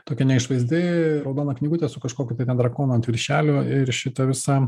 tokia neišvaizdi raudona knygutė su kažkokiu tai ten drakonu ant viršelio ir šita visa